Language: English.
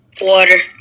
Water